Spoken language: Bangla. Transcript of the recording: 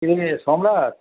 কে সম্রাট